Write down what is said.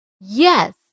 Yes